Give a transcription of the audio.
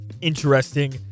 interesting